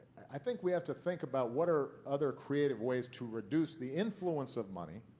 i think we have to think about what are other creative ways to reduce the influence of money,